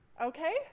okay